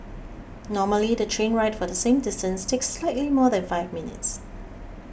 normally the train ride for the same distance takes slightly more than five minutes